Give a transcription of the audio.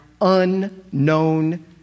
unknown